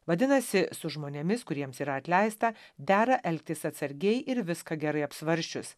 vadinasi su žmonėmis kuriems yra atleista dera elgtis atsargiai ir viską gerai apsvarsčius